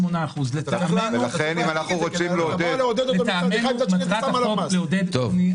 לטעמנו, מטרת החוק היא לעודד בנייה.